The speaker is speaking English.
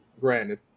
granted